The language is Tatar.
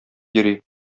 йөри